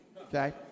okay